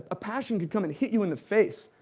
a passion could come and hit you in the face,